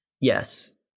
Yes